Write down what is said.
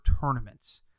tournaments